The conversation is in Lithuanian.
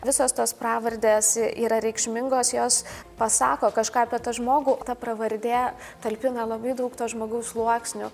visos tos pravardės yra reikšmingos jos pasako kažką apie tą žmogų ta pravardė talpina labai daug to žmogaus sluoksnių